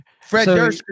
Fred